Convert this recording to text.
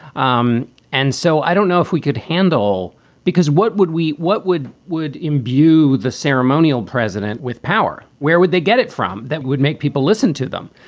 um and so i don't know if we could handle because what would we what would would imbue the ceremonial president with power? where would they get it from? that would make people listen to them,